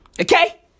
Okay